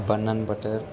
bun and butter